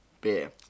Beer